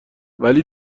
ولی